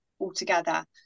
altogether